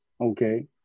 Okay